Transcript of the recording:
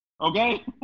Okay